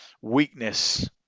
weakness